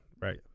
right